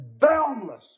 boundless